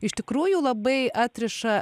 iš tikrųjų labai atriša